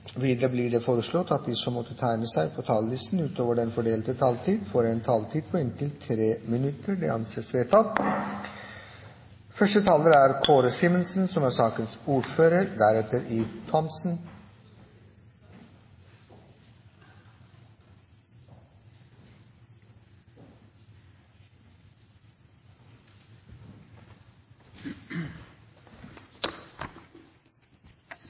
Videre blir det foreslått at de som måtte tegne seg på talerlisten utover den fordelte taletid, får en taletid på inntil 3 minutter. – Det anses vedtatt. Merverdiavgiften er utformet som